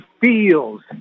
feels